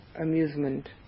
amusement